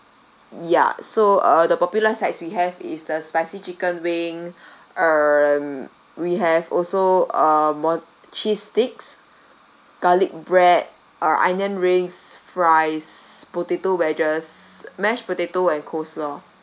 ya so uh the popular sides we have is the spicy chicken wing um we have also uh mo~ cheese sticks garlic bread uh onion rings fries potato wedges mashed potato and coleslaw